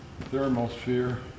Thermosphere